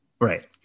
Right